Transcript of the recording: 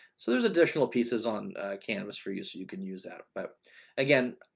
so there's additional pieces on canvas for you. so you can use that. but again,